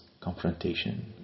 confrontation